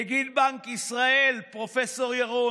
נגיד בנק ישראל פרופ' ירון.